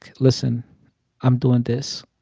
listen i'm doing this.